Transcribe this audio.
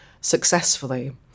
successfully